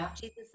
Jesus